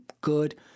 good